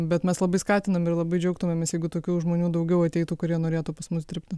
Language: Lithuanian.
bet mes labai skatinam ir labai džiaugtumėmės jeigu tokių žmonių daugiau ateitų kurie norėtų pas mus dirbti